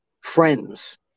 friends